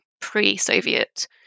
pre-Soviet